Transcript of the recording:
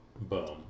Boom